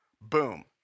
boom